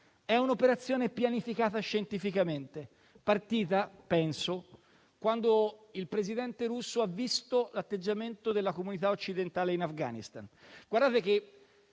È un'operazione pianificata scientificamente, partita, a mio giudizio, quando il Presidente russo ha visto l'atteggiamento della comunità occidentale in Afghanistan.